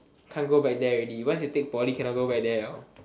can't go back there already once you take poly cannot go back there liao